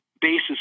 basis